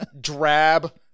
drab